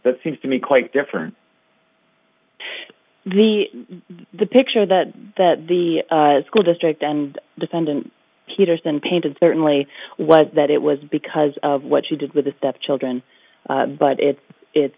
but seems to be quite different the the picture that that the school district and defendant peterson painted certainly was that it was because of what she did with the step children but it i